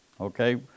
Okay